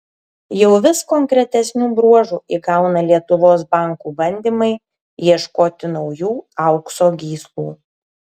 jau vis konkretesnių bruožų įgauna lietuvos bankų bandymai ieškoti naujų aukso gyslų